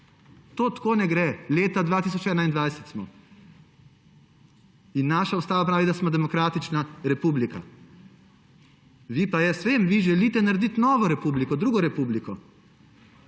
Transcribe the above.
To tako ne gre, leta 2021 smo. In naša ustava pravi, da smo demokratična republika. Vi pa, vem, vi želite narediti novo republiko, drugo republiko.